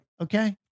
okay